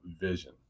vision